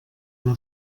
una